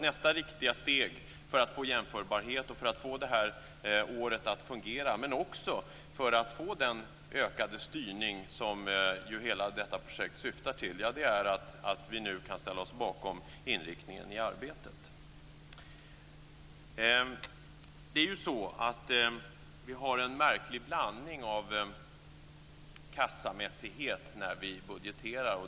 Nästa riktiga steg för att få jämförbarhet och för att få det här året att fungera, men också för att få den ökade styrning som ju hela detta projekt syftar till, är att vi nu kan ställa oss bakom inriktningen i arbetet. Vi har en märklig blandning av kassamässighet när vi budgeterar.